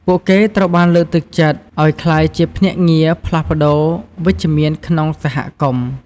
ពួកគេត្រូវបានលើកទឹកចិត្តឱ្យក្លាយជាភ្នាក់ងារផ្លាស់ប្តូរ វិជ្ជមានក្នុងសហគមន៍។